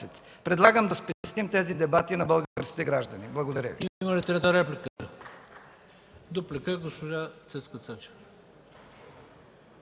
август”. Предлагам да спестим тези дебати на българските граждани. Благодаря.